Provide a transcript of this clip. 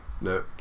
no